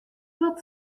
wat